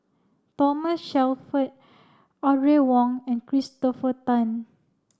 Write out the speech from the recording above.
Thomas Shelford Audrey Wong and Christopher Tan